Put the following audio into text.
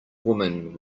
women